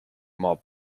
mob